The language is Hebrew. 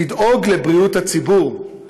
לדאוג לבריאות הציבור,